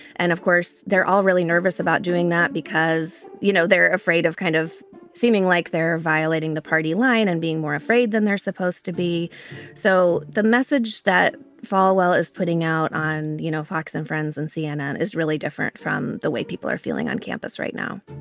and of course, they're all really nervous about doing that because, you know, they're afraid of kind of seeming like they're violating the party line and being more afraid than they're supposed to be so the message that falwell is putting out on you know fox and friends and cnn is really different from the way people are feeling on campus right now